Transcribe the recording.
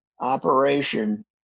operation